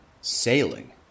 Sailing